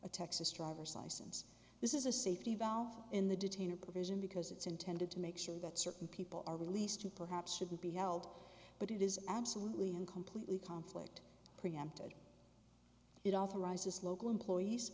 a texas driver's license this is a safety valve in the detainer provision because it's intended to make sure that certain people are released and perhaps should be held but it is absolutely and completely conflict preempted it authorizes local employees